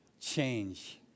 change